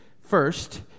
First